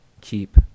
keep